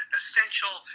essential